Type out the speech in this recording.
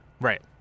Right